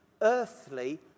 earthly